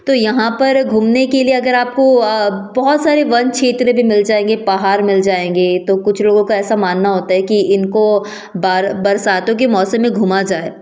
तो यहाँ पर घूमने के लिए अगर आपको बहुत सारे वन क्षेत्र भी मिल जाएँगे पहाड़ मिल जाएँगे तो कुछ लोगों का ऐसा मानना होता है कि इनको बरसातों के मौसम घूमा जाए